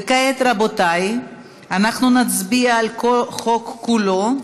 כעת, רבותי, אנחנו נצביע על החוק כולו.